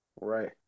right